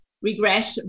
Regret